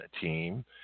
Team